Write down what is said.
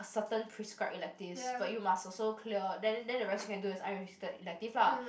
certain prescribed electives but you must also clear then then the rest you can do is unrestricted elective lah